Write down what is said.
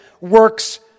works